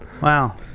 Wow